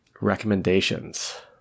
recommendations